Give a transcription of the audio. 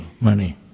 money